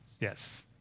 Yes